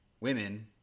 women